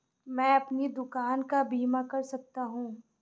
क्या मैं अपनी दुकान का बीमा कर सकता हूँ?